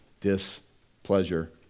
displeasure